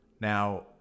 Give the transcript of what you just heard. Now